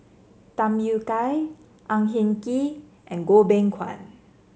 Tham Yui Kai Ang Hin Kee and Goh Beng Kwan